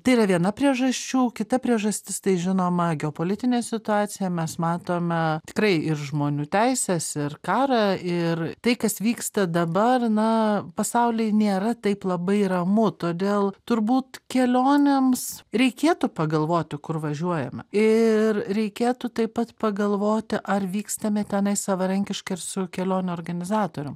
tai yra viena priežasčių kita priežastis tai žinoma geopolitinė situacija mes matome tikrai ir žmonių teises ir karą ir tai kas vyksta dabar na pasauly nėra taip labai ramu todėl turbūt kelionėms reikėtų pagalvoti kur važiuojama ir reikėtų taip pat pagalvoti ar vykstame tenai savarankiškai ar su kelionių organizatorium